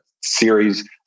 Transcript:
series